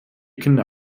kinder